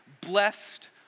blessed